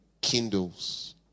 kindles